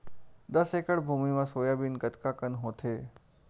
दस एकड़ भुमि म सोयाबीन कतका कन होथे?